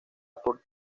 por